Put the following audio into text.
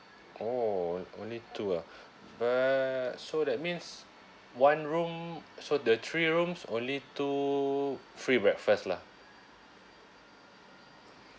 oh only two ah but so that means one room so the three rooms only two free breakfast lah